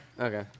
Okay